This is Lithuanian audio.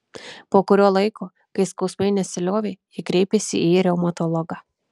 po kurio laiko kai skausmai nesiliovė ji kreipėsi į reumatologą